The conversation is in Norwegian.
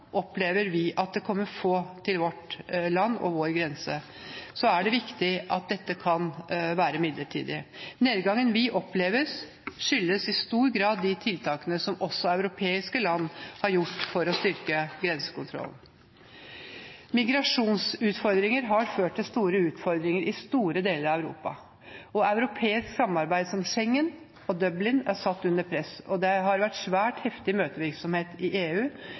opplever vi at det kommer få til vårt land og til vår grense. Så er det viktig å huske at dette kan være midlertidig. Nedgangen vi opplever, skyldes i stor grad de tiltakene som andre europeiske land har gjort for å styrke grensekontrollen. Migrasjonen har ført til store utfordringer i store deler av Europa. Europeisk samarbeid som Schengen- og Dublin-samarbeidet er satt under press, og det har vært en svært heftig møtevirksomhet i EU,